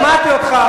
שמעתי אותך.